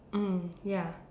mm ya